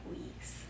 weeks